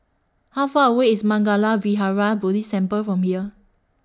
How Far away IS Mangala Vihara Buddhist Temple from here